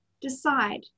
decide